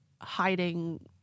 hiding